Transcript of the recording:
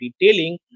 detailing